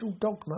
dogma